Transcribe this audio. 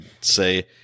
say